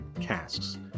casks